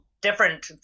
different